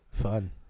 fun